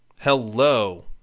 hello